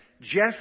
Jeff